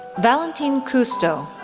valentin kusto,